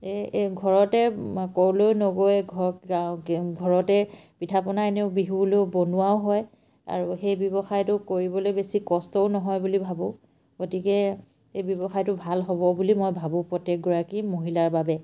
এই এই ঘৰতে ক'লৈ নগৈ ঘৰ গাঁও ঘৰতে পিঠা পনা এনেও বিহুলৈ বনোৱাও হয় আৰু সেই ব্যৱসায়টো কৰিবলৈ বেছি কষ্টও নহয় বুলি ভাবোঁ গতিকে এই ব্যৱসায়টো ভাল হ'ব বুলি মই ভাবোঁ প্ৰত্যেকগৰাকী মহিলাৰ বাবে